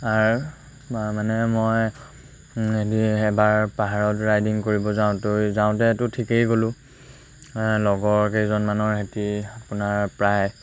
R মই মানে মই হেৰি এবাৰ পাহাৰত ৰাইডিং কৰিব যাওঁতেও যাওঁতেতো ঠিকেই গ'লোঁ লগৰ কেইজনমানৰ সেহেঁতি আপোনাৰ প্ৰায়